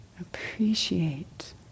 Appreciate